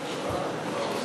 נתקבלה.